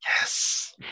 Yes